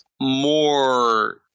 more